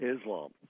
Islam